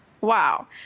Wow